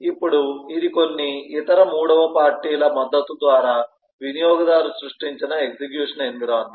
ఇప్పుడు ఇది కొన్ని ఇతర మూడవ పార్టీల మద్దతు ద్వారా వినియోగదారు సృష్టించిన ఎగ్జిక్యూషన్ ఎన్విరాన్మెంట్